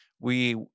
We-